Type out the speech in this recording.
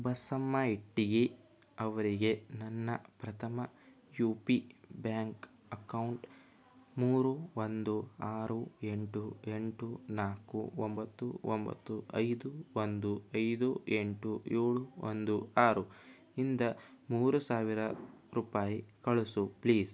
ಬಸಮ್ಮ ಇಟ್ಟಿಗಿ ಅವರಿಗೆ ನನ್ನ Prathama U P bank account ಮೂರು ಒಂದು ಆರು ಎಂಟು ಎಂಟು ನಾಲ್ಕು ಒಂಬತು ಒಂಬತು ಐದು ಒಂದು ಐದು ಎಂಟು ಏಳು ಒಂದು ಆರು ಇಂದ ಮೂರು ಸಾವಿರ ರೂಪಾಯಿ ಕಳಿಸು ಪ್ಲೀಸ್